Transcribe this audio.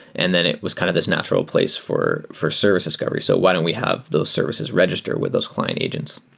and then it was kind of this natural place for for service discovery. so why don't we have those services register with those client agents?